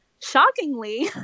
shockingly